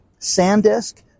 SanDisk